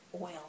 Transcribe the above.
oil